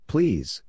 Please